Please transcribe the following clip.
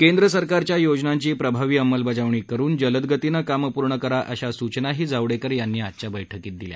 केंद्र सरकारच्या योजनांची प्रभावी अंमलबजावणी करुन जलदगतीनं काम पूर्ण करा अशा सूचनाही जावडेकर यांनी आजच्या बैठकीत दिल्या